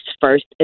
first